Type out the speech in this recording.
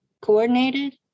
coordinated